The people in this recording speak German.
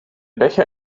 becher